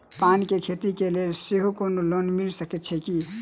पान केँ खेती केँ लेल सेहो कोनो लोन मिल सकै छी की?